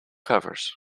covers